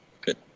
Good